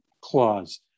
clause